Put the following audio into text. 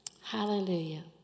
Hallelujah